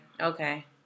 Okay